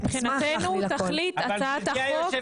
מבחינתנו תכלית הצעת החוק זה סעיף --- אבל